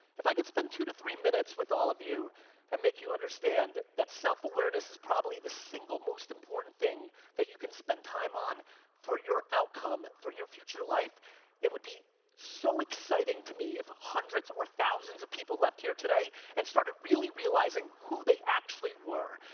if i can spend two to three minutes with all of you and make you understand that self-awareness self-awareness is probably the single-most important thing that you can spend time on for your outcome, for your future life it would be so exciting to me if hundreds or thousands of people left here today and started really realizing who they actually were.